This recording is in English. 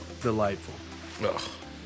Delightful